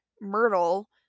Myrtle